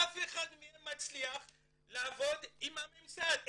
אף אחד מהם לא מצליח לעבוד עם הממסד.